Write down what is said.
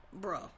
bro